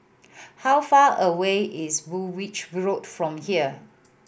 how far away is Woolwich Road from here